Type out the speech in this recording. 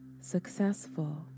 successful